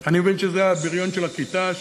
אני מבין שזה הבריון של הכיתה,